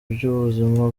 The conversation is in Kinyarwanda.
by’ubuzima